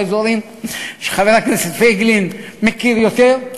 מהאזורים שחבר הכנסת פייגלין מכיר יותר: